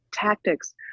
Tactics